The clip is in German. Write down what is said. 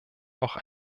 auch